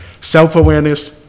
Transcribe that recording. self-awareness